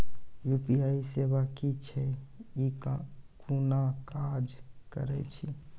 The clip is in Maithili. यु.पी.आई सेवा की छियै? ई कूना काज करै छै?